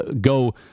go